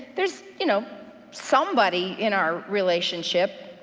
there's you know somebody in our relationship